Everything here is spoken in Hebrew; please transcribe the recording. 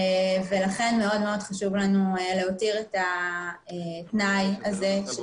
ולכן מאוד מאוד חשוב לנו להותיר את התנאי הזה.